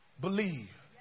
believe